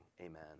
amen